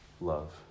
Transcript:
love